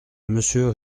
monsieur